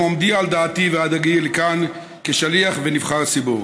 עומדי על דעתי ועד הגיעי לכאן כשליח ונבחר ציבור.